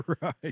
Right